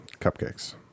cupcakes